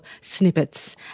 snippets